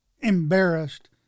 embarrassed